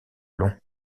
long